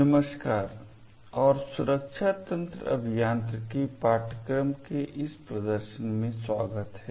नमस्कार और सुरक्षा तंत्र अभियांत्रिकी पाठ्यक्रम के इस प्रदर्शन में स्वागत है